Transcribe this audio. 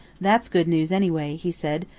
that's good news, anyway, he said,